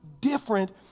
different